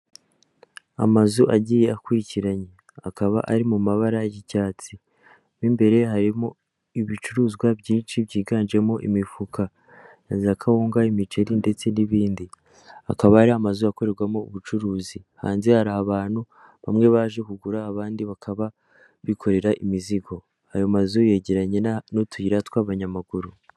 amazu agiye akurikiranya akaba ari mu mabara y'icyatsi b'imbere harimo ibicuruzwa byinshi byiganjemo imifuka na za kawunga imiceri ndetse n'ibindikaba ari amazu akorerwamo ubucuruzi hanze hari abantu bamwe baje kugura abandi bakaba bikorera imizigo ayo mazu yegeranye n'utuyira tw'abanyamaguru.